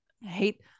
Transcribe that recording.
hate